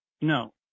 No